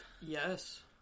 Yes